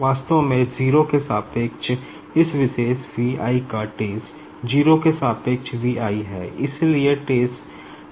वास्तव में 0 के सापेक्ष इस विशेष V i का टेस 0 के सापेक्ष V i है